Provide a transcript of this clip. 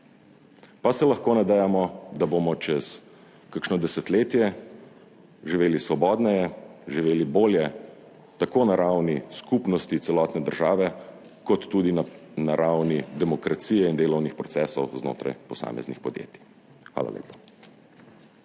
pa se lahko nadejamo, da bomo čez kakšno desetletje živeli svobodneje, živeli bolje, tako na ravni skupnosti celotne države kot tudi na ravni demokracije in delovnih procesov znotraj posameznih podjetij. Hvala lepa.